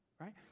Right